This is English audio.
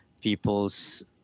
people's